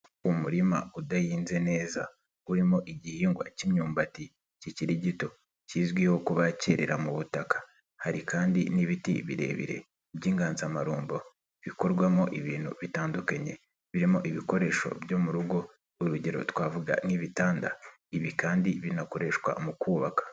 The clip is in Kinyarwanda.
Umurima udahinze neza urimo igihingwa k'imyumbati kikiri gito kizwiho kuba kuba kerera mu butaka, hari kandi n'ibiti birebire by'inganzamarumbo bikorwamo ibintu bitandukanye, birimo ibikoresho byo mu rugo, urugero twavuga nk'ibitanda, ibi kandi binakoreshwa mu kubaka.